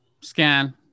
scan